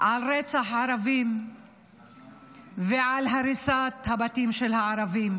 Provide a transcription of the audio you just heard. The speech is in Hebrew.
על רצח ערבים ועל הריסת הבתים של הערבים.